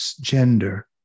gender